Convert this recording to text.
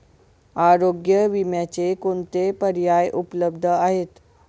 आरोग्य विम्याचे कोणते पर्याय उपलब्ध आहेत?